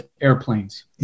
airplanes